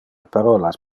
parolas